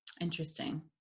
Interesting